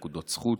נקודות זכות,